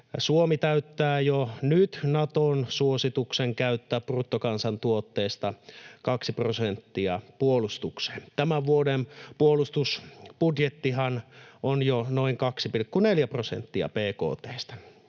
Suomi täyttää jo nyt Naton suosituksen käyttää bruttokansantuotteesta kaksi prosenttia puolustukseen. Tämän vuoden puolustusbudjettihan on jo noin 2,4 prosenttia